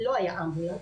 לא היה אמבולנס,